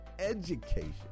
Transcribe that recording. education